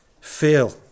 feel